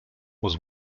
was